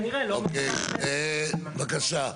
בבקשה.